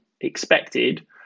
expected